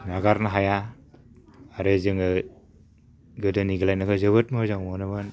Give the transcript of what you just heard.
नागारनो हाया आरो जोङो गोदोनि गेलेनायखौ जोबोद मोजां मोनोमोन